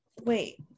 wait